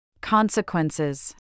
Consequences